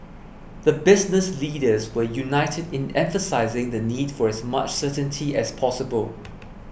the business leaders were united in emphasising the need for as much certainty as possible